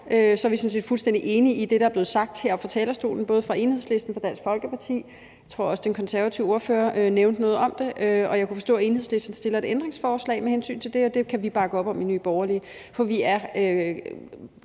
sådan set fuldstændig enige i det, der er blevet sagt heroppe fra talerstolen, bl.a. af Enhedslisten og Dansk Folkeparti, og jeg tror også, at den konservative ordfører nævnte noget om det. Jeg kunne forstå, at Enhedslisten stiller et ændringsforslag med hensyn til det her, og det kan vi bakke op om i Nye Borgerlige, for vi er